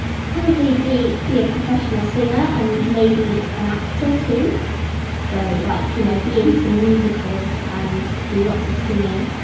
probably be be a professional singer and maybe an actor too so like you know be into musicals and do lots of singing.